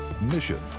Mission